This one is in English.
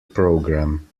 programme